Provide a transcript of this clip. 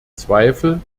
zweifel